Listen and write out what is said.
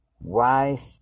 wife